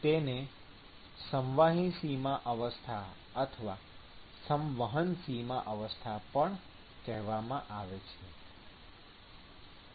તેને સંવાહી સીમા અવસ્થા અથવા સંવહન સીમા અવસ્થા પણ કહેવામાં આવે છે